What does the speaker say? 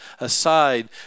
aside